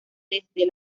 desde